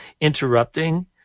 interrupting